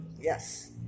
Yes